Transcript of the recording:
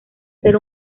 ser